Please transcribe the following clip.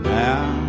now